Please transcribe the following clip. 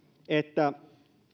että